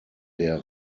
der